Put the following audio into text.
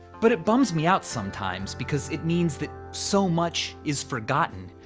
but it bums me out sometimes because it means that so much is forgotten,